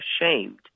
ashamed